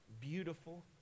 beautiful